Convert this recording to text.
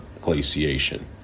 Glaciation